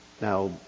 Now